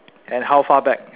and how far back